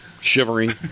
shivering